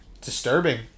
disturbing